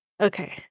okay